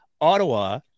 Ottawa